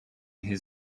his